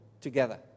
together